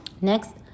Next